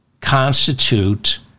constitute